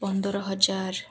ପନ୍ଦର ହଜାର